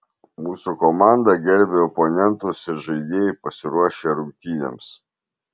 mūsų komanda gerbia oponentus ir žaidėjai pasiruošę rungtynėms